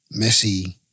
Messi